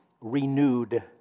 renewed